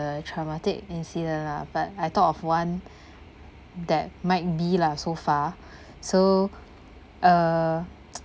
a traumatic incident lah but I thought of one that might be lah so far so uh